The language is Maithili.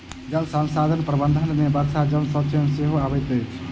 जल संसाधन प्रबंधन मे वर्षा जल संचयन सेहो अबैत अछि